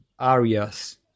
areas